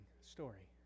story